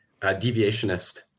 deviationist